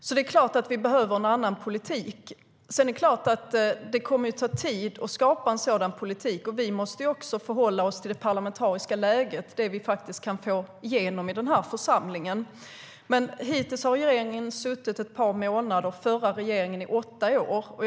Det är klart att det behövs en annan politik, men det kommer att ta tid att skapa en sådan politik. Vi måste också förhålla oss till det parlamentariska läget och till det som vi kan få igenom i den här församlingen. Hittills har regeringen suttit ett par månader, och den förra regeringen satt i åtta år.